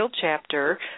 chapter